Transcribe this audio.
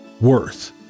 worth